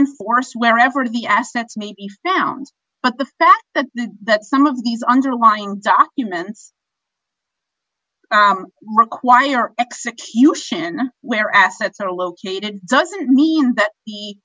enforce wherever the assets may be found but the fact that some of these underlying documents require execution where assets are located doesn't mean that